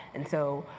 and so,